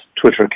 Twitter